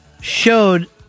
showed